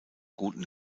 guten